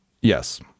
Yes